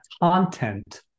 content